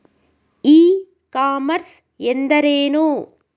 E commerce ಎಂದರೇನು?